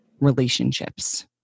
relationships